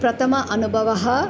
प्रथमः अनुभवः